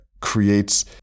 creates